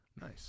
Nice